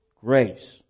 grace